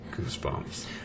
goosebumps